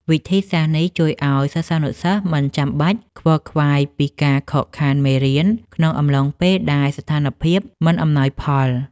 វិធីសាស្ត្រនេះជួយឱ្យសិស្សានុសិស្សមិនចាំបាច់ខ្វល់ខ្វាយពីការខកខានមេរៀនក្នុងអំឡុងពេលដែលស្ថានភាពមិនអំណោយផល។